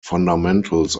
fundamentals